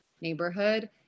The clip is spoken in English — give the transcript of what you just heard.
neighborhood